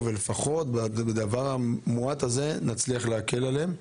כך שלפחות בדבר המועט הזה נצליח להקל עליהם.